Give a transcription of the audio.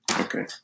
Okay